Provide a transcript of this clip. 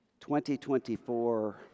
2024